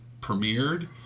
premiered